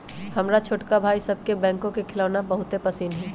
हमर छोटका भाई सभके बैकहो के खेलौना बहुते पसिन्न हइ